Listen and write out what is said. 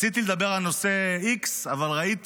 רציתי לדבר על נושא x, אבל ראיתי